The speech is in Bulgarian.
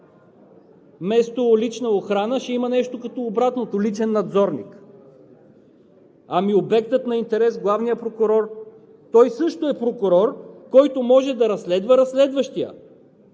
Вместо лична охрана ще има нещо като обратното – личен обзорник. Ами обектът на интерес – главният прокурор? Той също е прокурор, който може да разследва разследващия.